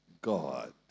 God